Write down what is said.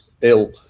ill